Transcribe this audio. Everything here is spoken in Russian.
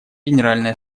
генеральной